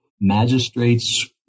magistrates